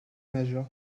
majeur